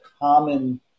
common